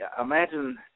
imagine